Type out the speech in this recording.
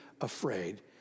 afraid